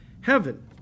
heaven